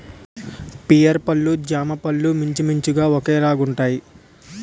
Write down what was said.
pear పళ్ళు జామపళ్ళు మించుమించుగా ఒకేలాగుంటాయి